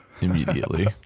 Immediately